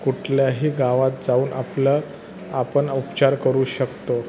कुठल्याही गावात जाऊन आपलं आपण उपचार करू शकतो